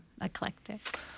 eclectic